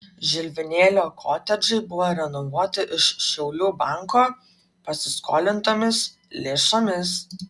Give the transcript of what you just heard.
žilvinėlio kotedžai buvo renovuoti iš šiaulių banko pasiskolintomis lėšomis